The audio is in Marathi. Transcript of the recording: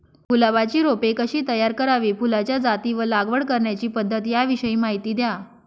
गुलाबाची रोपे कशी तयार करावी? फुलाच्या जाती व लागवड करण्याची पद्धत याविषयी माहिती द्या